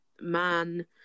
man